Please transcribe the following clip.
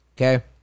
okay